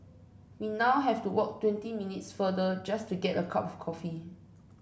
we now have to walk twenty minutes farther just to get a cup of coffee